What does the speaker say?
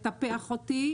לטפח אותי,